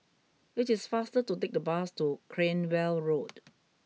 it is faster to take the bus to Cranwell Road